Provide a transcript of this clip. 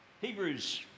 Hebrews